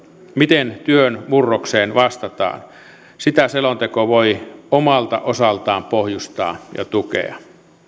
miten työn murrokseen vastataan sitä selonteko voi omalta osaltaan pohjustaa ja tukea